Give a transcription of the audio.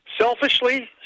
Selfishly